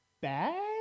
bad